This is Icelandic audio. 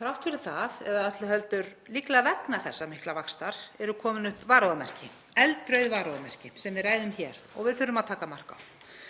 Þrátt fyrir það, eða öllu heldur líklega vegna þessa mikla vaxtar, eru komin upp varúðarmerki, eldrauð varúðarmerki, sem við ræðum hér og við þurfum að taka mark á.